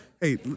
hey